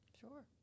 Sure